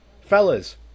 Fellas